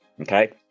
Okay